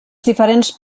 diferents